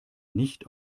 nicht